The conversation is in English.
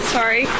Sorry